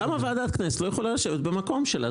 למה ועדת הכנסת לא יכולה לשבת במקום שלה?